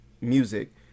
music